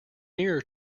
nearer